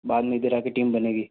बाद में इधर आ के टीम बनेगी